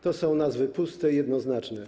To są nazwy puste i jednoznaczne/